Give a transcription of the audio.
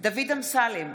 דוד אמסלם,